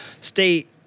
state